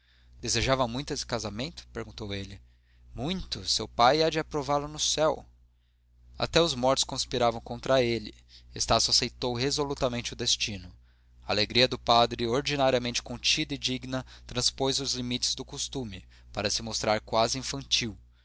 desejava muito este casamento perguntou ele muito seu pai há de aprová lo no céu até os mortos conspiravam contra ele estácio aceitou resolutamente o destino a alegria do padre ordinariamente contida e digna transpôs os limites do costume para se mostrar quase infantil